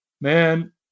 Man